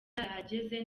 narahageze